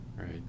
right